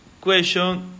question